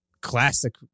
classic